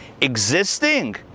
Existing